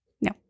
no